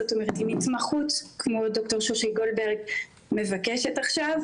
זאת אומרת עם התמחות כמו ד"ר שושי גולדברג מבקשת עכשיו.